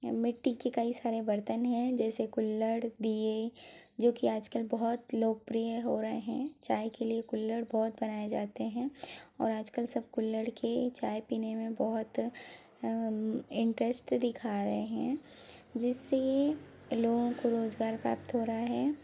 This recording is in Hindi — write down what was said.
मिट्टी के कई सारे बर्तन हैं जैसे कुल्हड़ दीये जो कि आजकल बहुत लोकप्रिय हो रहे हैं चाय के लिए कुल्हड़ बहुत बनाए जाते हैं और आजकल सब कुल्हड़ के चाय पीने में बहुत इंटेस्ट दिखा रहे हैं जिससे यह लोगों को रोज़गार प्राप्त हो रहा है